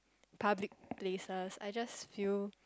public places I just feel